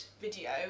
video